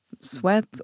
sweat